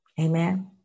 Amen